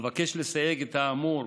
אבקש לסייג את האמור